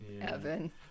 Evan